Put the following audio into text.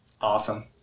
Awesome